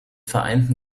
vereinten